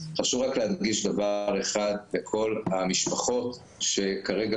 חשוב רק להדגיש דבר אחד לכל המשפחות שכרגע